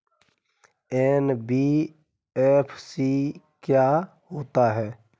NBFC क्या होता है?